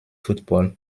football